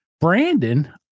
Brandon